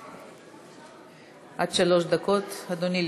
עד שלוש דקות, אדוני,